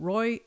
Roy